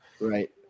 right